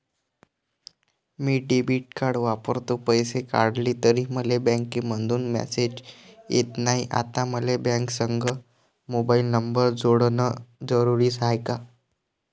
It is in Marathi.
मी डेबिट कार्ड वापरतो, पैसे काढले तरी मले बँकेमंधून मेसेज येत नाय, आता मले बँकेसंग मोबाईल नंबर जोडन जरुरीच हाय का?